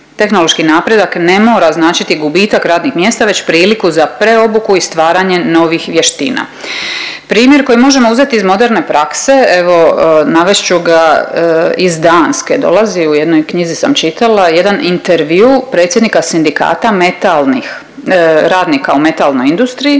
Tehnološki napredak ne mora značiti gubitak radnih mjesta već priliku za preobuku i stvaranje novih vještina. Primjer koji možemo uzeti iz moderne prakse evo navest ću ga iz Danske dolazi u jednoj knjizi sam čitala jedan intervju predsjednika sindikata metalnih, radnika u metalnoj industriji.